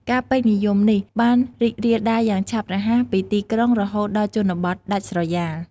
ការពេញនិយមនេះបានរីករាលដាលយ៉ាងឆាប់រហ័សពីទីក្រុងរហូតដល់ជនបទ ដាច់ស្រយាល។